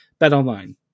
BetOnline